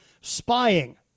spying